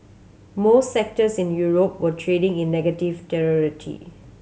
most sectors in Europe were trading in negative terror